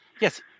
Yes